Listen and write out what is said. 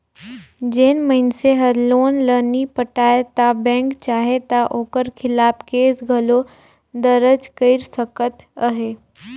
जेन मइनसे हर लोन ल नी पटाय ता बेंक चाहे ता ओकर खिलाफ केस घलो दरज कइर सकत अहे